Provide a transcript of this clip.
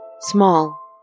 Small